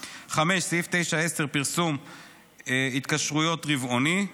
(5) סעיף 9(10) פרסום התקשרות רבעוני,